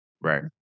Right